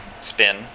spin